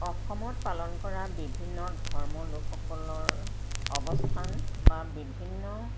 অসমত পালন কৰা বিভিন্ন ধৰ্ম লোকসকলৰ অৱস্থান বা বিভিন্ন